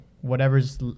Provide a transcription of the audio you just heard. whatever's